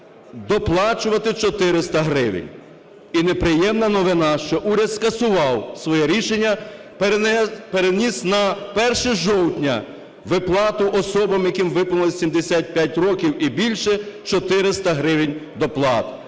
доплачувати 400 гривень. І неприємна новина, що уряд скасував своє рішення, переніс на 1 жовтня виплату особам, яким виповнилося 75 років і більше, 400 гривень доплати.